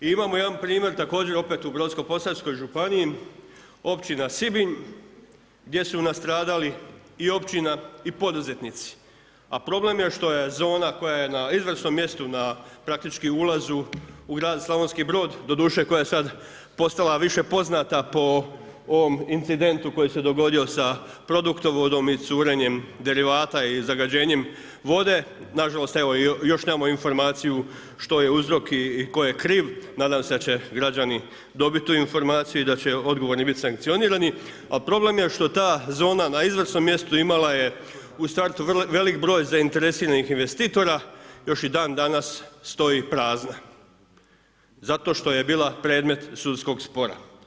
I imamo jedan primjer također opet u Brodsko-posavskoj županiji, Općina Sibinj gdje su nastradali i općina i poduzetnici a problem je što je zona koja je na izvrsnom mjestu na praktički ulazu u grad Slavonski Brod, doduše koja je sad postala više poznata po ovom incidentu koji se dogodio sa produktovodom i curenjem derivata i zagađenjem vode, nažalost još nemamo informaciju što je uzrok i tko je kriv, nadam se da će građani dobiti tu informaciju i da će odgovorni biti sankcionirani, a problem je što ta zona na izvrsnom mjestu imala je u startu vrlo velik broj zainteresiranih investitora, još i dandanas stoji prazna zato što je bila predmet sudskog spora.